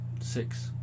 six